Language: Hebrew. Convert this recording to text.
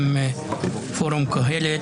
עם פורום קהלת.